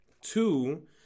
Two